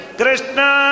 Krishna